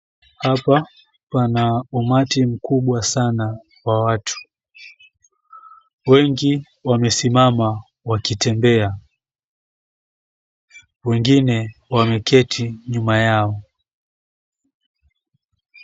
Hapa, pana umati mkubwa sana wa watu. Wengi wamesimama wakitembea. Wengine wameketi nyuma yao.